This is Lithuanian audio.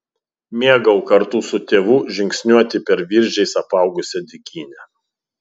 mėgau kartu su tėvu žingsniuoti per viržiais apaugusią dykynę